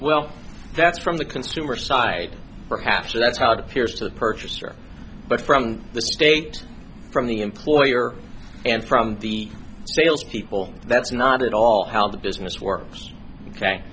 well that's from the consumer side perhaps that's how it appears to the purchaser but from the state from the employer and from the sales people that's not at all how the business